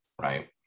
right